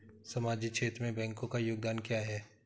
सामाजिक क्षेत्र में बैंकों का योगदान क्या है?